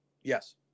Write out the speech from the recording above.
Yes